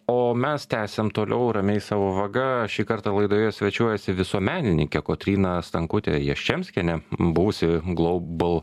o mes tęsiam toliau ramiai savo vaga šį kartą laidoje svečiuojasi visuomenininkė kotryna stankutė jaščemskienė buvusi glaubal